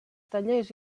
tallers